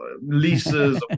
leases